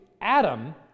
Adam—